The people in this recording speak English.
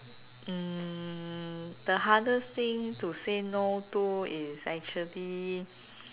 mm the hardest thing to say no to is actually